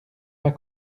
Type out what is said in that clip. pas